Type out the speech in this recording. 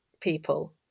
people